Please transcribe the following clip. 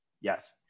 Yes